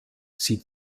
sie